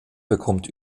bekommt